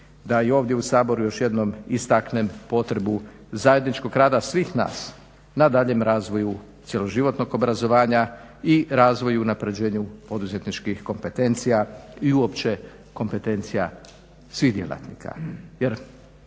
da i ovdje u Saboru još jednom istaknem potrebu zajedničkog rada svih nas na daljnjem razvoju cjeloživotnog obrazovanja i razvoju i unapređenju poduzetničkih kompentencija i uopće kompetencija svih djelatnika.